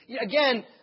Again